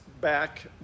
back